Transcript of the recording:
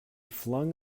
flung